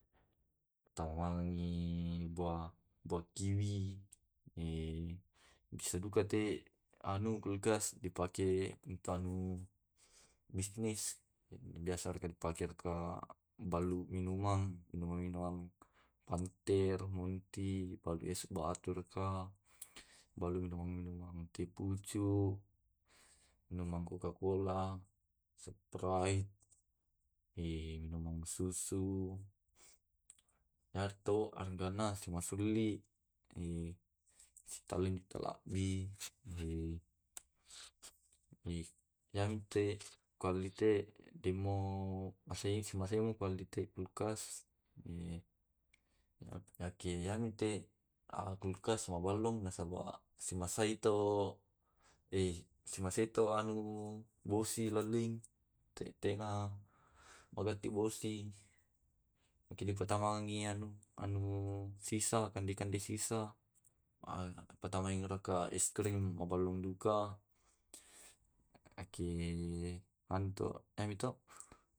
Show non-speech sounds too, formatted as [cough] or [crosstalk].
Patamaring [hesitation] buah buah kiwi, [hesitation] bisa duka te anu kulkas dipake untu anu bisnis. Biasa raka di pake raka balu minuman, minuman minuman panter, monti, balu es batu raka balu minuman minuman teh pucuk, minuman koka kola, seprait, eh minuman susu, iyarto hargana si masuli [hesitation] si tawinta u alli [hesitation] iyamte kualite timmu masei mi maseu kualite eh [hesitation] kulkas eh [hesitation] yake iyamte a kulkas mabalong nasaba si massaito eh simasai to anu bosi lalling. [hesitation] Tena magatti bosi ki pattamangangi anu anu sisa kande kande sisa ma patamaring raka es krim mabalung duka. Yake [hesitation] anu to iya mi to